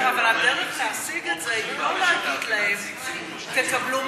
אבל הדרך להשיג את זה היא לא להגיד להם: תקבלו,